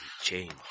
change